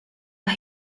but